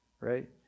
Right